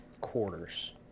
Quarters